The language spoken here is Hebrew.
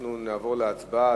אנחנו נעבור להצבעה.